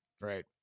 Right